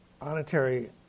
honorary